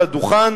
על הדוכן,